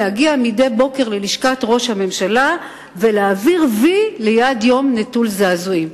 להגיע מדי בוקר ללשכת ראש הממשלה ולהעביר "וי" ליד יום נטול זעזועים.